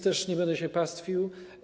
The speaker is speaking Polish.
Też nie będę się pastwił.